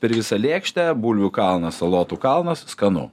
per visą lėkštę bulvių kalnas salotų kalnas skanu